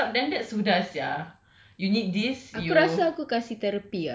jangan kau messed up dangut sudah sia you need this you